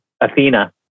Athena